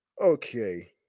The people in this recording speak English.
Okay